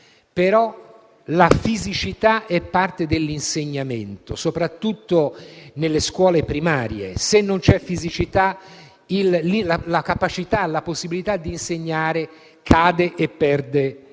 però la fisicità è parte dell'insegnamento, soprattutto nelle scuole primarie. Se non c'è fisicità la capacità e la possibilità di insegnare cadono e perdono